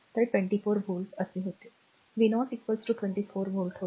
तर 24 volt असे होते v0 24 volt होते